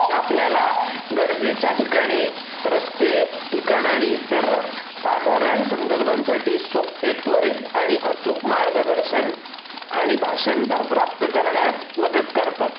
आपल्याला गर्दीच्या ठिकाणी रस्ते ठिकाणं आणि इतर साघारण संदर्भांसाठी सोपे त्वरित आणि अचूक मार्गदर्शन आणि भाषांतर प्राप्त करण्यास मदत करतात